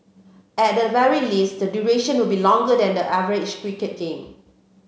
at the very least the duration will be longer than the average cricket game